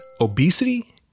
obesity